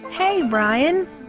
hey brian,